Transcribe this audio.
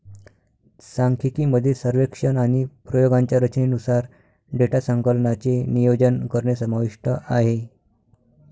सांख्यिकी मध्ये सर्वेक्षण आणि प्रयोगांच्या रचनेनुसार डेटा संकलनाचे नियोजन करणे समाविष्ट आहे